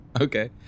Okay